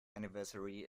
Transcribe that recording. anniversary